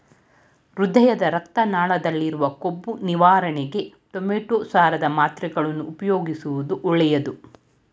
ಹೃದಯದ ರಕ್ತ ನಾಳದಲ್ಲಿರುವ ಕೊಬ್ಬು ನಿವಾರಣೆಗೆ ಟೊಮೆಟೋ ಸಾರದ ಮಾತ್ರೆಗಳನ್ನು ಉಪಯೋಗಿಸುವುದು ಒಳ್ಳೆದು